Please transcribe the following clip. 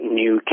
new